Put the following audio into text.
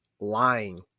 Lying